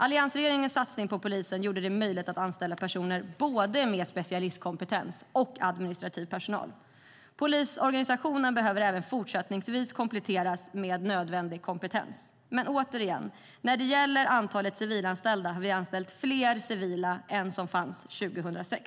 Alliansregeringens satsning på polisen gjorde det möjligt att anställa personer med specialistkompetens och administrativ personal. Polisorganisationen behöver även fortsättningsvis kompletteras med nödvändig kompetens. När det gäller antalet civilanställda finns det nu fler civila än vad som fanns 2006.